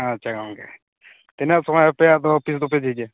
ᱟᱪᱪᱷᱟ ᱜᱚᱢᱠᱮ ᱛᱤᱱᱟᱜ ᱥᱚᱢᱚᱭ ᱟᱯᱮᱭᱟᱜ ᱫᱚ ᱚᱯᱷᱤᱥ ᱫᱚᱯᱮ ᱡᱷᱤᱡᱟ